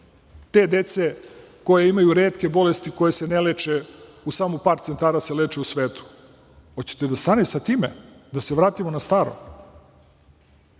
te dece koja imaju retke bolesti, koje se ne leče, samo u par centara se leče u svetu. Hoćete da stane i sa time, da se vratimo na staro?